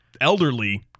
elderly